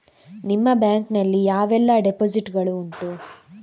ನಿಮ್ಮ ಬ್ಯಾಂಕ್ ನಲ್ಲಿ ಯಾವೆಲ್ಲ ಡೆಪೋಸಿಟ್ ಗಳು ಉಂಟು?